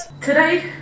Today